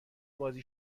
بازی